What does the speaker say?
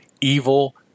evil